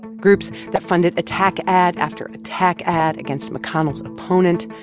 groups that funded attack ad after attack ad against mcconnell's opponent,